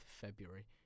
February